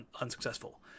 unsuccessful